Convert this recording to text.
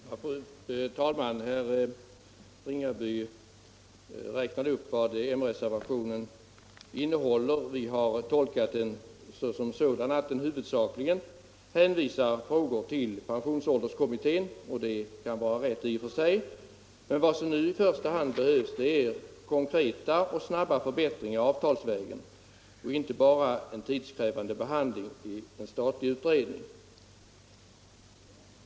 Fru talman! Herr Ringaby räknade upp vad moderatmotionen och reservationen innehåller. Vi har tolkat reservationen så att den huvudsakligen hänvisar frågor till pensionsålderskommittén. Det kan vara riktigt i och för sig, men vad som nu i första hand behövs är konkreta och snabba förbättringar avtalsvägen och inte bara en tidskrävande behandling i en statlig utredning.